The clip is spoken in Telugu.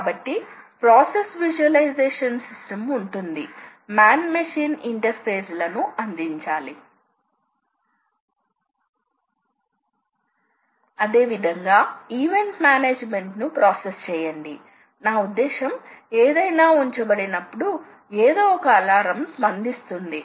కాబట్టి యంత్రం ఇక్కడ నుండి ప్రారంభమవుతుంది మరియు మీ సూచనలను బట్టి ఒక ఆర్క్ కట్ అవుతుంది మనం సర్కులర్ ఇంటర్పోలేషన్ గురించి మాట్లాడుతున్నాం అని అనుకుందాం ఇక్కడ నుండి ఇక్కడకు ఒక ఆర్క్ను కట్ చేస్తుంది లేదా ఈ రెండు పాయింట్ల మధ్య ఒక ఆర్క్ను కట్ చేస్తుంది కనుక ఇది మీరు పేర్కొన్నవాటిపై ఆధారపడి ఉంటుంది